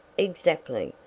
exactly.